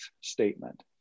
statement